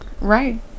Right